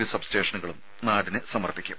B sub സ്റ്റേഷനുകളും ഇന്ന് നാടിന് സമർപ്പിക്കും